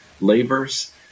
labors